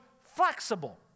flexible